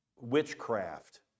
witchcraft